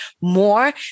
more